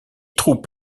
troupes